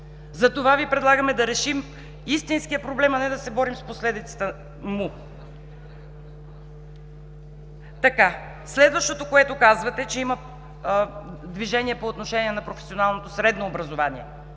Затова Ви предлагаме да решим истинския проблем, а не да се борим с последиците му. Следващото, което казвате, че има движение по отношение на професионалното средно образование